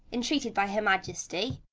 intreated by her majesty,